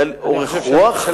אורך רוח?